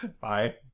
Bye